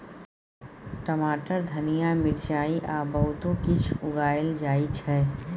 टमाटर, धनिया, मिरचाई आ बहुतो किछ उगाएल जाइ छै